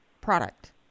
Product